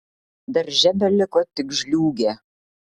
darže beliko tik žliūgė